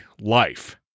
life